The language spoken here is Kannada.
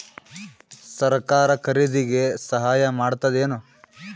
ಸರಕಾರ ಖರೀದಿಗೆ ಸಹಾಯ ಮಾಡ್ತದೇನು?